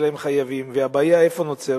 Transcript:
אלא הם חייבים, והבעיה, איפה היא נוצרת?